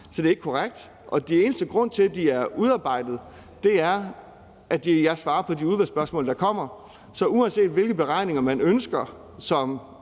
Så det er ikke korrekt. Og den eneste grund til, at de er udarbejdet, er, at jeg svarer på de udvalgsspørgsmål, der kommer. Så uanset hvilke beregninger man som